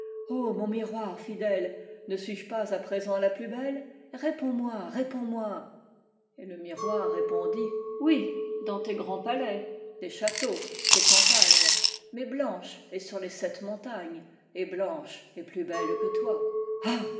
mon miroir fidèle ne suis-je pas à présent la plus belle réponds-moi réponds-moi et le miroir répondit oui dans tes grands palais tes châteaux tes campagnes mais blanche est sur les sept montagnes et blanche est plus belle que toi a